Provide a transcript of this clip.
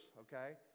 okay